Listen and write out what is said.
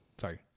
sorry